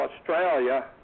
Australia